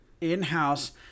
in-house